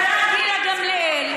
השרה גילה גמליאל,